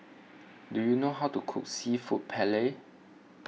do you know how to cook Seafood Paella